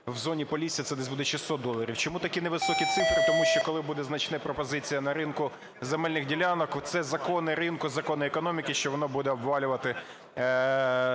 у зоні Полісся це десь буде 600 доларів. Чому такі невисокі цифри, тому що, коли буде значна пропозиція на ринку земельних ділянок, це закони ринку, закони економіки, що воно буде обвалювати